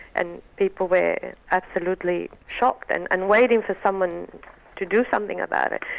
and people were absolutely shocked and and waiting for someone to do something about it.